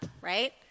right